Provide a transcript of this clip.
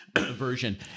version